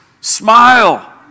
Smile